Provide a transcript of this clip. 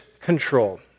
control